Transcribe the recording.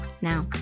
now